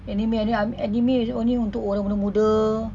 anime ah ni anime only untuk orang muda-muda